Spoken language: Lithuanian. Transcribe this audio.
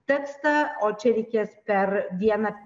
tekstą o čia reikės per dieną